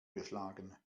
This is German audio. geschlagen